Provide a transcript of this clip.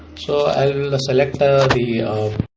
so i will select the